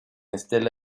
estela